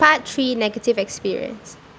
part three negative experience